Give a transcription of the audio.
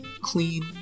clean